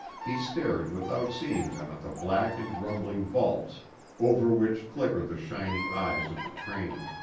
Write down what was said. he stared without seeing them at the black and rumbling vaults over which flickered the shining eyes of the train.